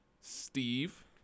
Steve